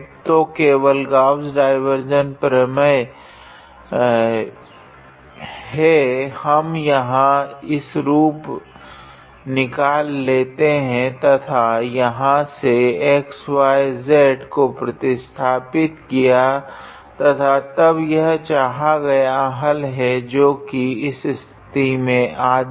तो केवल Gauss divergence प्रमेय है हम यहाँ यह रूप निकाल लेते है तथा यहाँ से x y तथा z को प्रतिस्थापित किया तथा तब यह चाहा गया हल है जो की इस स्थिति में आधी है